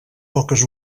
poques